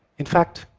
in fact,